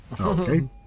Okay